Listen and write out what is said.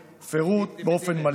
בפירוט, באופן מלא.